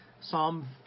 Psalm